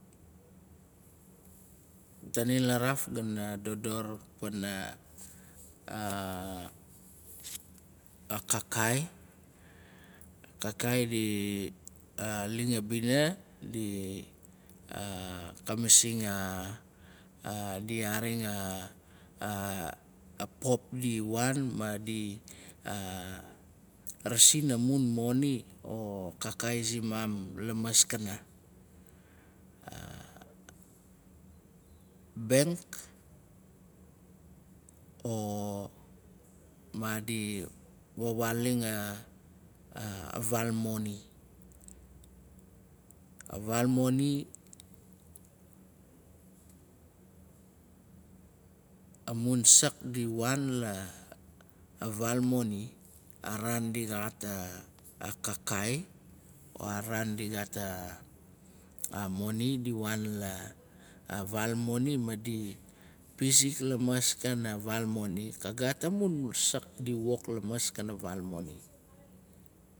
Tanin laraaf gana dodor wanaakakaai. A kakaai di aling a bina di ka masing a di yaaning a pop di wan madi la vaal moni madi pizik lamaskana vaal moni. Ka gaat amun sak di wok lamaskana vaal moni.